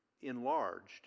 enlarged